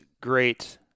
great